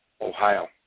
Ohio